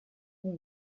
who